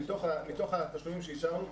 מתוך התשלומים שאישרנו,